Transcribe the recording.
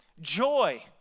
Joy